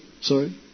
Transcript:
Sorry